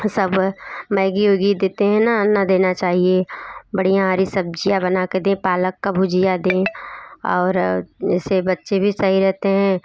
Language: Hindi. सब मैगी वुगी देते है ना ना देना चाहिए बढ़िया हरी सब्ज़ियाँ बना कर दें पालक की भुजिया दे और जिससे बच्चे भी सही रहते हैं